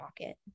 pocket